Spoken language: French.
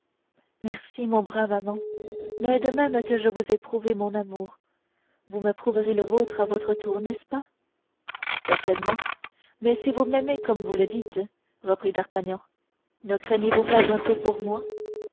merci mon brave amant mais de même que je vous ai prouvé mon amour vous me prouverez le vôtre à votre tour n'est-ce pas certainement mais si vous m'aimez comme vous me le dites reprit d'artagnan ne craignez-vous pas un peu pour moi